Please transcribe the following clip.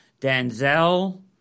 Denzel